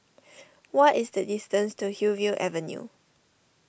what is the distance to Hillview Avenue